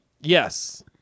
Yes